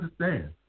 understand